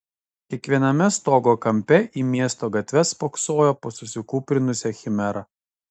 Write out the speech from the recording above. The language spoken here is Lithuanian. kiekviename stogo kampe į miesto gatves spoksojo po susikūprinusią chimerą